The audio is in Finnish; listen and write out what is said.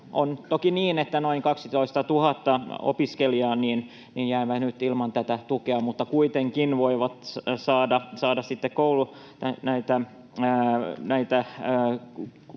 On toki niin, että noin 12 000 opiskelijaa jää nyt ilman tätä tukea, mutta kuitenkin opiskelutukia